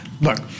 Look